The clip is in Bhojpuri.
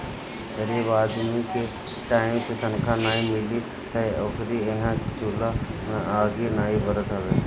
गरीब आदमी के टाइम से तनखा नाइ मिली तअ ओकरी इहां चुला में आगि नाइ बरत हवे